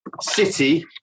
city